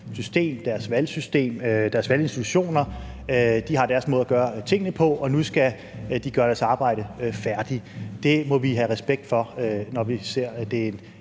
amerikanske valgsystem og de amerikanske valginstitutioner. De har deres måde at gøre tingene på, og nu skal de gøre deres arbejde færdigt. Vi må have respekt for, at et andet